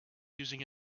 using